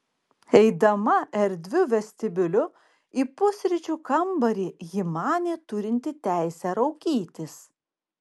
eidama erdviu vestibiuliu į pusryčių kambarį ji manė turinti teisę raukytis